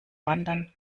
wandern